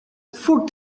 food